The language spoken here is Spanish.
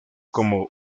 como